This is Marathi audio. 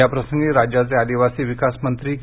याप्रसंगी राज्याचे आदिवासी विकासमंत्री के